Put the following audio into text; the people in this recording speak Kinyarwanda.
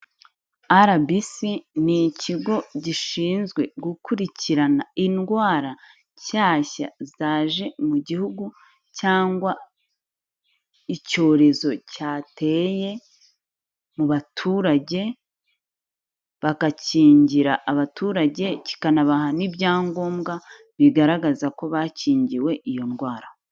RBC ni ikigo gishinzwe gukurikirana indwara nshyashya zaje mu gihugu cyangwa icyorezo cyateye mu baturage, bagakingira abaturage, kikanabaha n'ibyangombwa bigaragaza ko bakingiwe iyo ndwara.